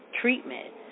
treatment